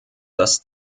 das